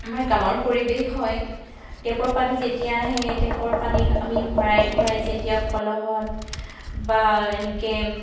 আমাৰ গাঁৱৰ পৰিৱেশ হয় টেপৰ পানী যেতিয়া আহে টেপৰ পানী আমি ভৰাই ভৰাই যেতিয়া কলহত বা এনেকৈ